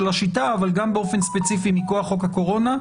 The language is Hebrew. השיטה אבל באופן הספציפי מכוח חוק הקורונה,